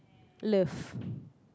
love